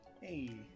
Hey